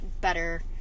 better